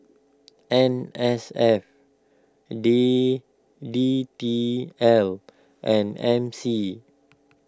N S F D D T L and M C